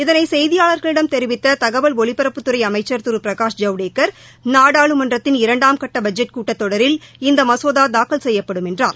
இதனைசெய்தியாளர்களிடம் தெரிவித்ததகவல் ஒலிபரப்புத்துறைஅமம்சர் திருபிரகாஷ் ஜவடேகர் நாடாளுமன்றத்தின் இரண்டாம் கட்டபட்ஜெட் கூட்டத்தொடரில் இந்தமசோதாதாக்கல் செய்யப்படும் என்றார்